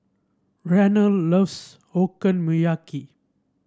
Reynold loves Okonomiyaki